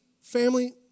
family